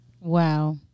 Wow